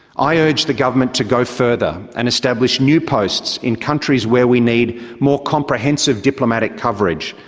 i urge the government to go further and establish new posts in countries where we need more comprehensive diplomatic coverage,